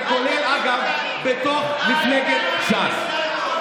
זה כולל, אגב, בתוך מפלגת ש"ס.